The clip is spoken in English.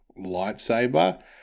lightsaber